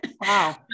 Wow